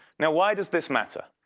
now why does this matter?